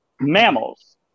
mammals